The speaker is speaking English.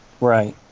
Right